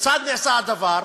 כיצד נעשה הדבר?